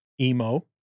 emo